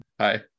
Hi